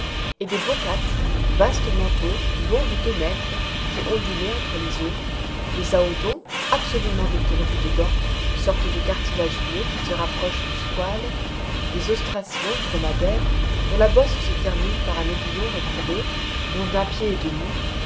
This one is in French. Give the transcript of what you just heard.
et des bockats vastes manteaux longs de deux mètres qui ondulaient entre les eaux des aodons absolument dépourvus de dents sortes de cartilagineux qui se rapprochent du squale des ostracions dromadaires dont la bosse se termine par un aiguillon recourbé long d'un pied et demi